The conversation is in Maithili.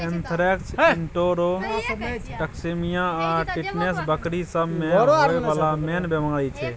एन्थ्रेक्स, इंटरोटोक्सेमिया आ टिटेनस बकरी सब मे होइ बला मेन बेमारी छै